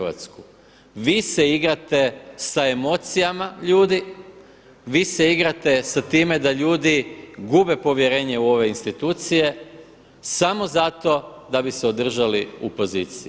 Vi se igrate sa emocijama ljudi, vi se igrate sa time da ljudi gube povjerenje u ove institucije samo zato da bi se održali u poziciji.